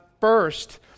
first